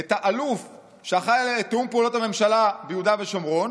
את האלוף שאחראי על תיאום פעולות הממשלה ביהודה ושומרון,